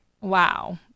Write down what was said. Wow